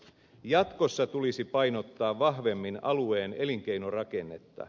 jatkossa tulisi painottaa vahvemmin alueen elinkeinorakennetta